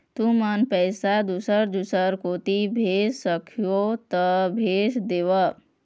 तुमन पैसा दूसर दूसर कोती भेज सखीहो ता भेज देवव?